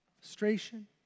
frustration